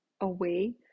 away